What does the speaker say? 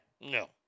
No